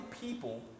people